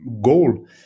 goal